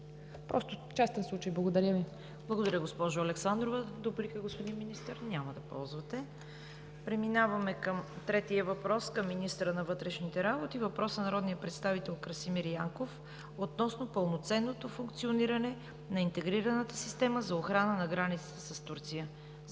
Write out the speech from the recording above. Просто частен случай. Благодаря Ви. ПРЕДСЕДАТЕЛ ЦВЕТА КАРАЯНЧЕВА: Благодаря, госпожо Александрова. Дуплика, господин Министър? Няма да ползвате. Преминаваме към третия въпрос към министъра на вътрешните работи – въпрос от народния представител Красимир Янков относно пълноценното функциониране на интегрираната система за охрана на границата с Турция.